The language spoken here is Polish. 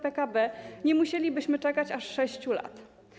PKB nie musielibyśmy czekać aż 6 lat.